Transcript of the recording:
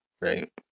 right